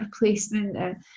replacement